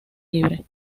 libre